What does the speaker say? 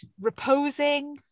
reposing